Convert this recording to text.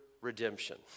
redemption